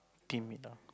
timid ah